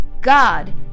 God